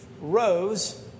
rose